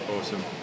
Awesome